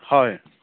হয়